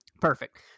perfect